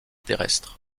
terrestre